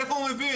מאיפה הוא מבין,